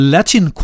Latin